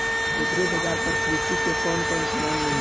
Agri bazaar पर कृषि के कवन कवन समान मिली?